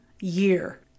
year